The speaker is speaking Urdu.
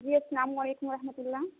جی السلام علیکم و رحمت اللہ